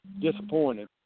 disappointed